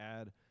add